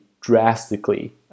drastically